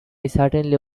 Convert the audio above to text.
certainly